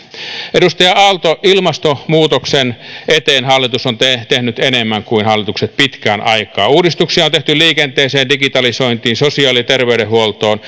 edustaja aalto ilmastonmuutoksen eteen hallitus on tehnyt tehnyt enemmän kuin hallitukset pitkään aikaan uudistuksia on tehty liikenteeseen digitalisointiin sosiaali ja terveydenhuoltoon